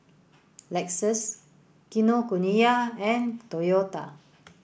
Lexus Kinokuniya and Toyota